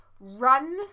run